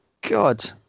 god